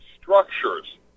structures